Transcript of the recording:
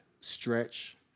stretch